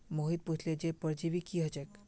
मोहित पुछले जे परजीवी की ह छेक